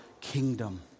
kingdom